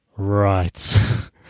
Right